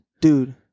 Dude